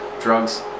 drugs